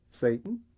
Satan